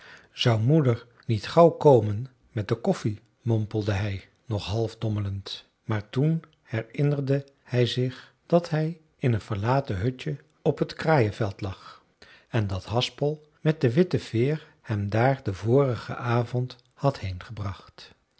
zou moeder niet gauw komen met de koffie mompelde hij nog half dommelend maar toen herinnerde hij zich dat hij in een verlaten hutje op het kraaienveld lag en dat haspel met de witte veer hem daar den vorigen avond had